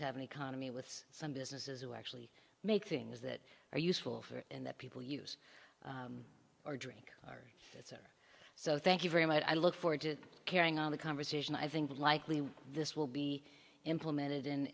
t have an economy with some businesses who actually make things that are useful for and that people use or drink so thank you very much i look forward to carrying on the conversation i think likely this will be implemented in